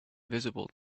visible